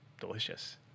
delicious